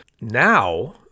Now